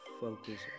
focus